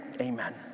amen